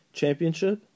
championship